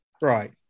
Right